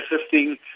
assisting